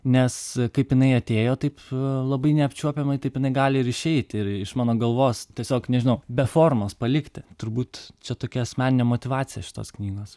nes kaip jinai atėjo taip labai neapčiuopiamai taip jinai gali ir išeiti iš mano galvos tiesiog nežinau be formos palikti turbūt čia tokia asmeninė motyvacija šitos knygos